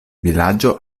vilaĝo